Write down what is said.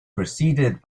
preceded